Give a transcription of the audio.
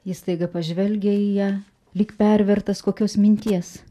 jis staiga pažvelgia į ją lyg pervertas kokios minties